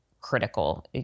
critical